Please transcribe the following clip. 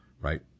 right